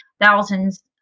thousands